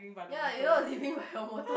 ya you know I was living by a motto